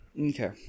Okay